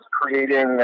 creating